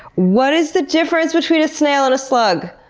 what is the difference between a snail and a slug?